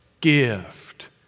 gift